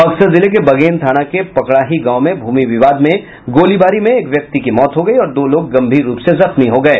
बक्सर जिले के बगेन थाना के पकड़ाही गांव में भूमि विवाद में हुई गोलीबारी में एक व्यक्ति की मौत हो गयी और दो लोग गंभीर रुप से जख्मी हो गए